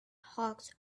hawks